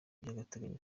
by’agateganyo